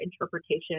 interpretation